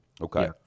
Okay